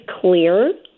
clear